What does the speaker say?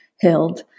held